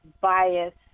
bias